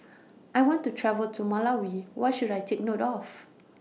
I want to travel to Malawi What should I Take note of